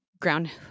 ground